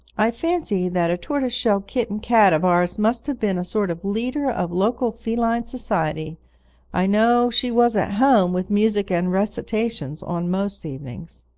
i fancy that a tortoiseshell kitchen cat of ours must have been a sort of leader of local feline society i know she was at home with music and recitations, on most evenings.